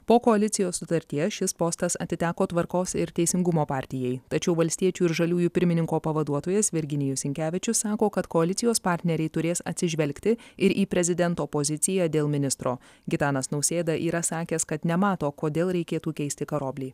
po koalicijos sutarties šis postas atiteko tvarkos ir teisingumo partijai tačiau valstiečių ir žaliųjų pirmininko pavaduotojas virginijus sinkevičius sako kad koalicijos partneriai turės atsižvelgti ir į prezidento poziciją dėl ministro gitanas nausėda yra sakęs kad nemato kodėl reikėtų keisti karoblį